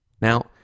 Now